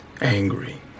angry